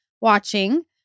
watching